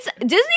Disney